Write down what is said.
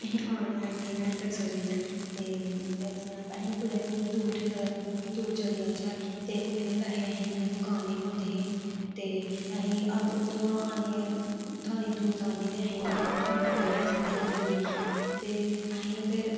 अहीं online payment करी सकने न ते जियां अहीं कुतै दूर जां दूर चली जाचै ते कुहै दे पैहे इ'यां अहें मकाने पौंदे हे ते अहीं उत्थूं दा आनियै उत्थूं दा आनियै दूर दा आनियै ते अहीं उत्थूं ते नेईं आई सकदे हे इन्नी जल्दी ते अहीं फिर